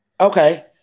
okay